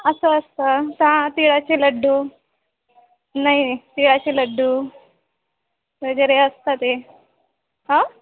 असं असतं सहा तिळाचे लड्डू नाही नाही तिळाचे लड्डू वगैरे असतं ते हां